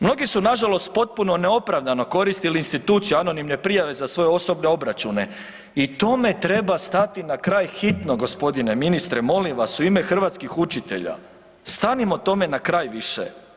Mnogi su nažalost potpuno neopravdano koristili instituciju anonimne prijave za svoje osobne obračune i tome treba stati na kraj hitno g. ministre molim vas u ime hrvatskih učitelja, stanimo tome na kraj više.